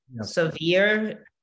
severe